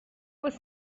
was